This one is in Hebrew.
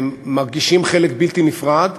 מרגישים חלק בלתי נפרד,